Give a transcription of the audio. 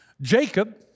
Jacob